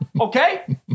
Okay